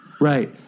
right